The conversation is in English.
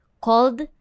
called